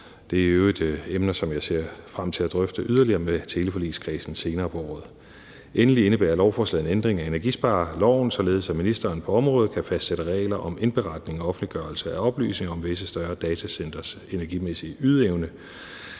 Det er i øvrigt emner, som jeg ser frem til at drøfte yderligere med teleforligskredsen senere på året. Endelig indebærer lovforslaget en ændring af energispareloven, således at ministeren på området kan fastsætte regler om indberetning og offentliggørelse af oplysninger om visse større datacentres energimæssige ydeevne.